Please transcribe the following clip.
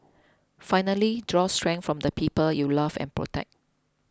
finally draw strength from the people you love and protect